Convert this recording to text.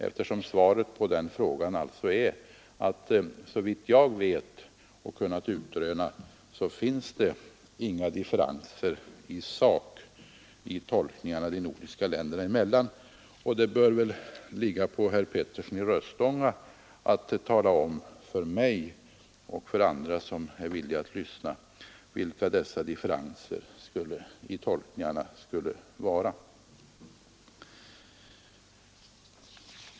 Eftersom svaret på den frågan alltså är, att såvitt jag vet och har kunnat utröna finns det inga differenser i sak i tolkningarna de nordiska länderna emellan, så bör det ankomma på herr Petersson i Röstånga att tala om för mig och andra som är villiga att lyssna vilka dessa differenser i tolkningarna skulle vara.